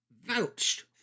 vouched